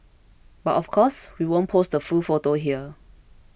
but of course we won't post the full photo here